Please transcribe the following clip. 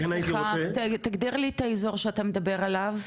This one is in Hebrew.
סליחה, תגדיר לי את האזור שאתה מדבר עליו.